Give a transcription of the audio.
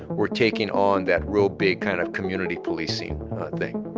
were taking on that real big kind of community policing thing.